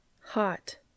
hot